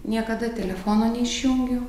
niekada telefono neišjungiu